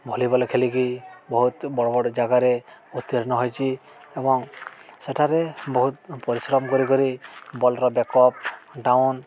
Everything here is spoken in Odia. ଭଲିବଲ୍ ଖେଳିକି ବହୁତ ବଡ଼ ବଡ଼ ଜାଗାରେ ଉତ୍ତୀର୍ଣ୍ଣ ହୋଇଛି ଏବଂ ସେଠାରେ ବହୁତ ପରିଶ୍ରମ କରି କରି ବଲ୍ର ବ୍ୟାକଅପ୍ ଡାଉନ